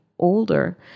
Older